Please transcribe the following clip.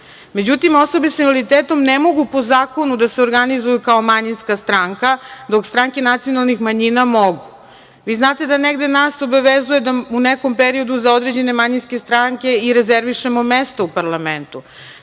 Međutim, osobe sa invaliditetom ne mogu po zakonu da se organizuju kao manjinska stranka, dok stranke nacionalnih manjina mogu. Vi znate da negde nas obavezuje da u nekom periodu za određene manjinske stranke i rezervišemo mesto u parlamentu.